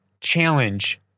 challenge